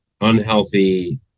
unhealthy